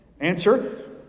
Answer